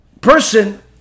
person